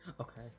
Okay